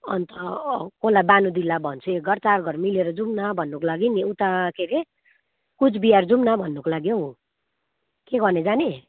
अन्त कसलाई वाणी दिदीलाई भन्छु एक घर चार घर मिलेर जुम्न भन्नुको लागि नि उता के ह अरे कुचबिहार जुम्न भन्नुको लागि हौ के गर्ने जाने